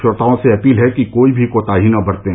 श्रोताओं से अपील है कि कोई भी कोताही न बरतें